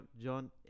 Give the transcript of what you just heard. John